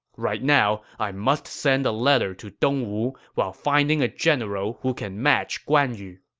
right now, i must send a letter to dongwu while finding a general who can match guan yu.